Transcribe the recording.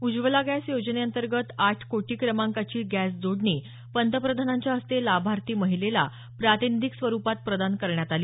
Ujjwala gas योजनेअंतर्गत आठ कोटी क्रमांकाची गॅसजोडणी पंतप्रधानांच्या हस्ते लाभार्थी महिलेला प्रातिनिधीक स्वरुपात प्रदान करण्यात आली